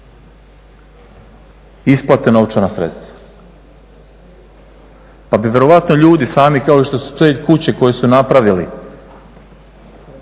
isplate novčana sredstva pa bi vjerojatno ljudi sami kao što su i te kuće koje su napravili